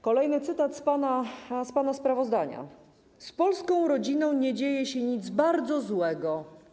Kolejny cytat z pana sprawozdania: Z polską rodziną nie dzieje się nic bardzo złego.